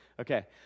Okay